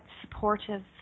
supportive